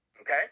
Okay